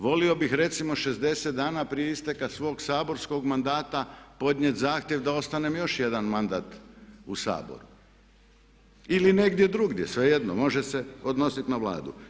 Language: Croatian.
Volio bih recimo 60 dana prije isteka svog saborskog mandata podnijeti zahtjev da ostanem još jedan mandat u Saboru ili negdje drugdje, svejedno može se odnosit na vladu.